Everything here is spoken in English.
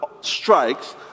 strikes